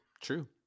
True